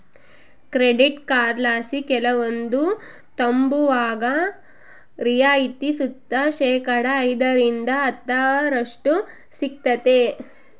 credit ಕಾರ್ಡ್ಲಾಸಿ ಕೆಲವೊಂದು ತಾಂಬುವಾಗ ರಿಯಾಯಿತಿ ಸುತ ಶೇಕಡಾ ಐದರಿಂದ ಹತ್ತರಷ್ಟು ಸಿಗ್ತತೆ